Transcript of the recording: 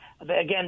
Again